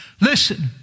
Listen